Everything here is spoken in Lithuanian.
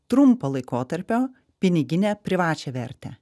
trumpo laikotarpio piniginę privačią vertę